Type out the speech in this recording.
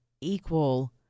equal